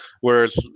Whereas